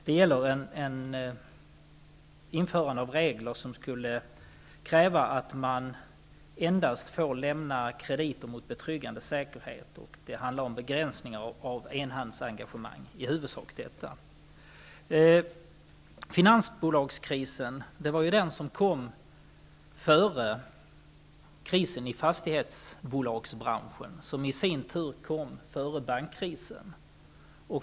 Det innebär regler som föreskriver att bolagen får lämna krediter endast mot betryggande säkerhet, och vidare handlar det i huvudsak om begränsning av s.k. enhandsengagemang. Finansbolagskrisen kom före krisen i fastighetsbolagsbranschen, som i sin tur kom före bankkrisen.